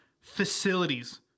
facilities